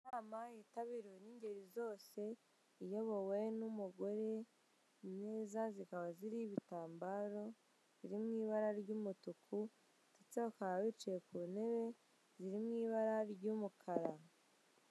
Inama yitabiriwe n'ingeri zose iyobowe n'umugore imeza zikaba ziriho ibitambaro biri mu ibara ry'umutuku ndetse bakaba bicaye ku ntebe ziri mu ibara ry'umukara.